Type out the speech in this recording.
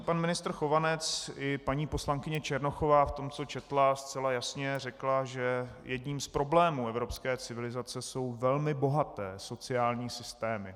Pan ministr Chovanec i paní poslankyně Černochová v tom, co četla, zcela jasně řekla, že jedním z problémů evropské civilizace jsou velmi bohaté sociální systémy.